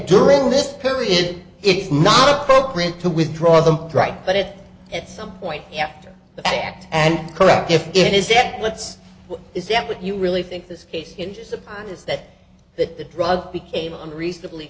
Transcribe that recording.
during this period it's not appropriate to withdraw them right but it at some point after the fact and correct if it is that let's is that what you really think this case hinges upon is that that the drug became reasonably